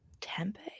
Tempe